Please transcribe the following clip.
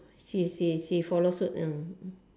she she she follow suit ah